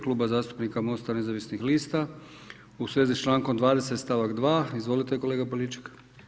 Kluba zastupnika MOST-a nezavisnih lista u svezi s člankom 20. stavak 2. Izvolite, kolega Poljičak.